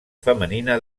femenina